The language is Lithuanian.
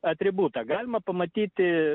atributą galima pamatyti